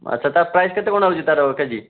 ଆଚ୍ଛା ତା ପ୍ରାଇସ୍ କେତେ କ'ଣ ହେଉଛି ତାର କେଜି